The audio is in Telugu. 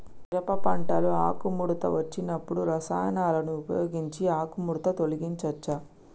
మిరప పంటలో ఆకుముడత వచ్చినప్పుడు రసాయనాలను ఉపయోగించి ఆకుముడత తొలగించచ్చా?